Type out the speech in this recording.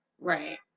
Right